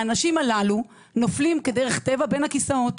כדרך טבע, האנשים האלה נופלים בין הכיסאות,